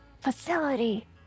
facility